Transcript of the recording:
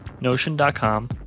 Notion.com